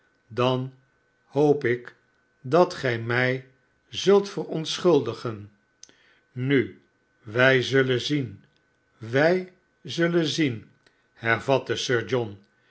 dan hoop ik dat gij mij zult verontschuldigen nu wij zullen zien wij zullen zien hervatte sir john